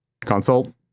consult